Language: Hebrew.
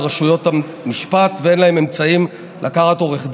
רשויות המשפט ואין להן אמצעים לקחת עורך דין,